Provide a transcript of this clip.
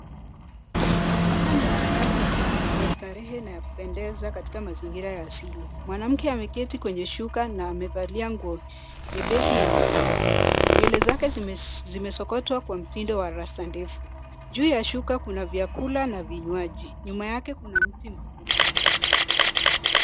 Hapa ni mandhari ya starehe na ya kupendeza katika mazingira ya asili. Mwanamke ameketi kwenye shuka na amevalia nguo nyepesi yenye maua. Nywele zake zimesokotwa kwa mtindo wa rasta ndefu. Juu ya shuka kuna vyakula na vinywaji. Nyuma yake kuna mti mkubwa.